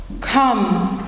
come